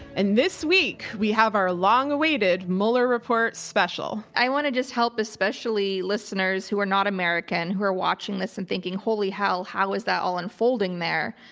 and this week we have our long awaited mueller reports special. i want to just help, especially listeners who are not american, who are watching this and thinking, holy hell, how is that all unfolding there?